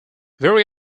very